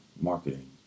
marketing